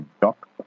Doc